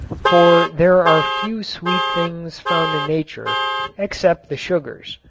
for there are few sweet things found in nature except the sugars.